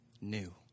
New